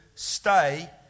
Stay